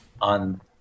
on